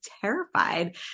terrified